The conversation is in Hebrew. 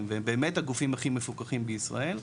והם באמת הגופים הכי מפוקחים בישראל,